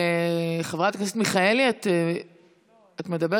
חברת הכנסת מיכאלי, את מדברת?